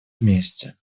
вместе